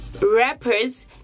Rappers